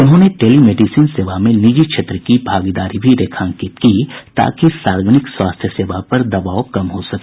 उन्होंने टेलीमेडिसिन सेवा में निजी क्षेत्र की भागीदारी भी रेखांकित की ताकि सार्वजनिक स्वास्थ्य सेवा पर दबाव कम हो सके